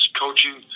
coaching